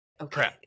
okay